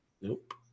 Nope